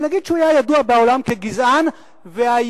אבל נגיד שהוא היה ידוע בעולם כגזען והיו,